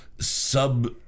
sub